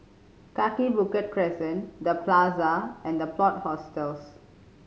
Kaki Bukit Crescent The Plaza and The Plot Hostels